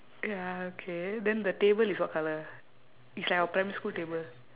ya okay then the table is what colour it's like our primary school table